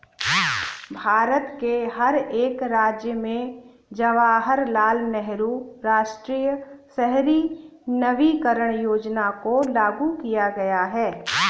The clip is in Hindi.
भारत के हर एक राज्य में जवाहरलाल नेहरू राष्ट्रीय शहरी नवीकरण योजना को लागू किया गया है